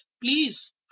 please